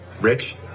Rich